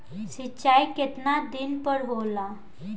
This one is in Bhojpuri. सिंचाई केतना दिन पर होला?